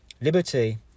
Liberty